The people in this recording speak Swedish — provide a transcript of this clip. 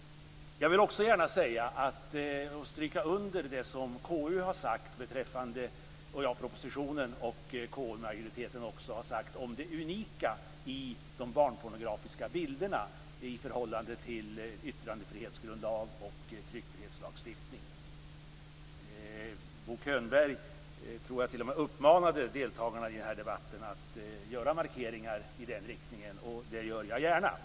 Jag vill understryka det som framgår i propositionen och som KU-majoriteten har sagt beträffande det unika i de barnpornografiska bilderna i förhållande till yttrandefrihetsgrundlag och tryckfrihetslagstiftningen. Bo Könberg uppmanade deltagarna i debatten att göra markeringar i den riktningen. Det gör jag gärna.